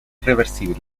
reversible